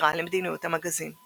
בסתירה למדיניות המגזין.